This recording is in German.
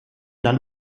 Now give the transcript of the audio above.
dann